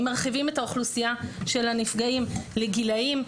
אם מרחיבים את האוכלוסייה של הנפגעים לגילים,